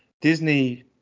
Disney